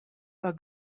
war